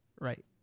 Right